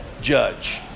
judge